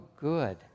good